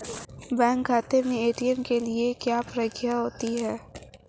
Bank खाते में ATM के लिए क्या प्रक्रिया होती है?